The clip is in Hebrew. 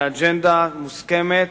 באג'נדה מוסכמת,